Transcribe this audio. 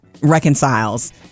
reconciles